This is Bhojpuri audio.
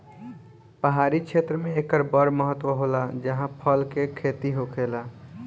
पहाड़ी क्षेत्र मे एकर बड़ महत्त्व होला जाहा फल के खेती होखेला